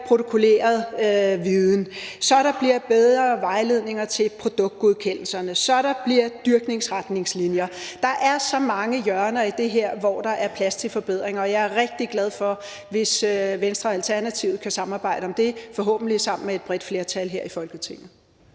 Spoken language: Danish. protokolleret viden, så der bliver bedre vejledninger til produktgodkendelserne, og så der bliver dyrkningsretningslinjer. Der er så mange hjørner i det her, hvor der er plads til forbedringer, og jeg bliver rigtig glad, hvis Venstre og Alternativet kan samarbejde om det, forhåbentlig sammen med et bredt flertal her i Folketinget.